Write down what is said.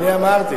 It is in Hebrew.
אני אמרתי.